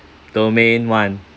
domain one